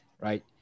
Right